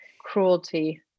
cruelty